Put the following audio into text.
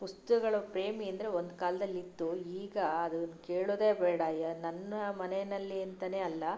ಪುಸ್ತಕಗಳ ಪ್ರೇಮಿ ಅಂದರೆ ಒಂದು ಕಾಲದಲ್ಲಿ ಇತ್ತು ಈಗ ಅದನ್ನು ಕೇಳುವುದೇ ಬೇಡ ಯ ನನ್ನ ಮನೆಯಲ್ಲಿ ಅಂತಲೇ ಅಲ್ಲ